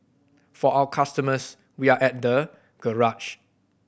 for our customers we are at the garage